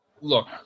look